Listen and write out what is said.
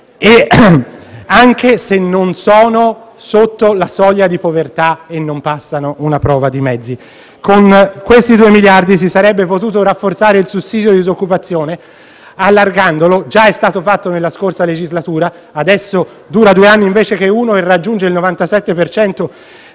anche se non sono sotto la soglia di povertà e non passano una prova dei mezzi. Con i due miliardi si sarebbe potuto rafforzare il sussidio di disoccupazione allargandolo; già è stato fatto nella scorsa legislatura e adesso dura due anni invece che uno, e raggiunge il 97